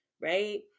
right